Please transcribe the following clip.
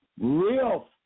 Real